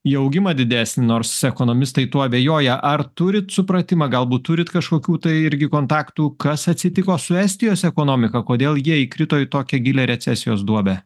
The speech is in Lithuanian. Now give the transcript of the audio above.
į augimą didesnį nors ekonomistai tuo abejoja ar turit supratimą galbūt turit kažkokių tai irgi kontaktų kas atsitiko su estijos ekonomika kodėl jie įkrito į tokią gilią recesijos duobę